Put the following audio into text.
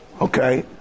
Okay